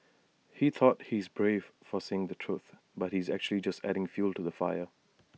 he thought he's brave for saying the truth but he's actually just adding fuel to the fire